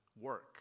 work